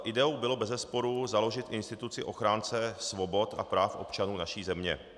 Ideou bylo bezesporu založit instituci ochránce svobod a práv občanů naší země.